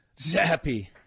Zappy